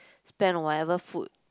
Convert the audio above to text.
spend on whatever food